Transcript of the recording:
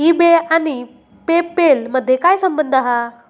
E बे आणि PayPal मधे काय संबंध हा?